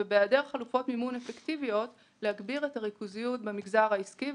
להגביר את הריכוזיות במגזר העסקי,